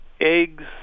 eggs